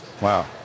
Wow